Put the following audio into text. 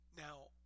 Now